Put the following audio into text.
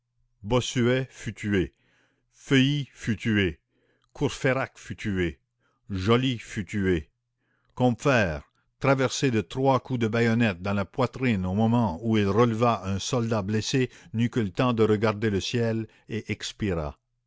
fut tué courfeyrac fut tué joly fut tué combeferre traversé de trois coups de bayonnette dans la poitrine au moment où il relevait un soldat blessé n'eut que le temps de regarder le ciel et expira